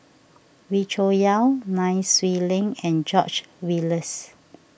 Wee Cho Yaw Nai Swee Leng and George Oehlers